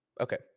Okay